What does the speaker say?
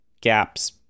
gaps